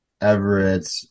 Everett